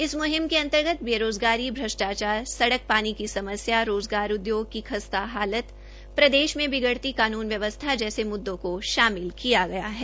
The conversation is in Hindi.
इस म्हिम के अंतर्गत बेरोजगारी श्रष्टाचार सड़क पानी की समस्या रोजगार उदयोग की खस्ता हालत प्रदेश में बिगड़ती कानून व्यवस्था जैसे मुददों को शामिल किया गया है